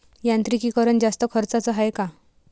यांत्रिकीकरण जास्त खर्चाचं हाये का?